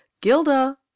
Gilda